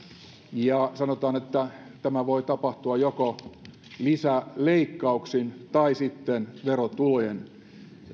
ja sanotaan että tämä voi tapahtua joko lisäleikkauksin tai sitten verotulojen